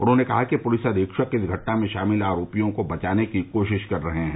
उन्होंने कहा कि पुलिस अधीक्षक इस घटना में शामिल आरोपियों को बचाने की कोशिश कर रहे हैं